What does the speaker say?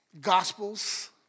gospels